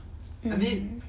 mm